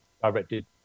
directed